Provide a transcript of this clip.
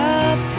up